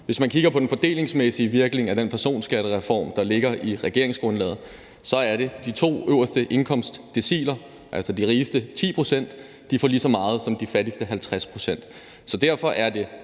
Hvis man kigger på den fordelingsmæssige virkning af den personskattereform, der ligger i regeringsgrundlaget, så er det de to øverste indkomstdeciler, altså de rigeste 10 pct., der får lige så meget som de fattigste 50 pct. Så derfor er det